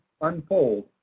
unfold